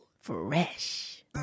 Fresh